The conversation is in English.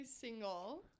single